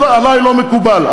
עלי זה לא מקובל.